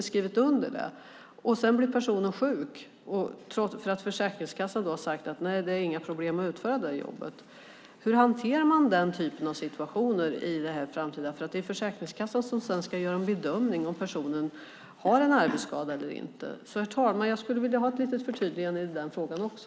Sedan blir personen sjuk därför att Försäkringskassan har sagt att det inte är några problem att utföra det där jobbet. Hur hanterar man den typen av situationer i det framtida arbetet? Det är Försäkringskassan som sedan ska göra en bedömning av om personen har en arbetsskada eller inte. Herr talman! Jag skulle vilja ha ett litet förtydligande i den frågan också.